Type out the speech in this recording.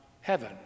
heaven